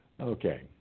Okay